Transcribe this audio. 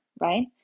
right